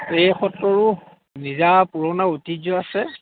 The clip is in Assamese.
এই সত্ৰৰো নিজা পুৰণা ঐতিহ্য আছে